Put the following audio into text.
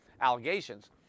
allegations